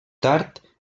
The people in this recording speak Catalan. tard